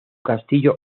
castillo